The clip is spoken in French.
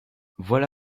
voilà